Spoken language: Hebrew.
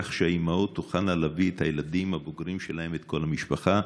כך שהאימהות תוכלנה להביא את הילדים הבוגרים שלהן ואת כל המשפחה.